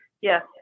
Yes